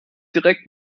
direkt